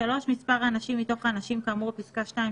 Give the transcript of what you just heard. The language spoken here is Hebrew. מספר האנשים מתוך האנשים כאמור בפסקה (2),